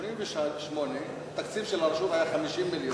שב-1988 התקציב של הרשות היה 50 מיליון,